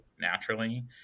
naturally